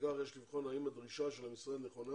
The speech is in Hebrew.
לפיכך יש לבחון האם הדרישה של המשרד נכונה